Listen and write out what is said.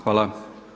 Hvala.